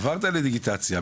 עברת לדיגיטציה,